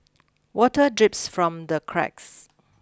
water drips from the cracks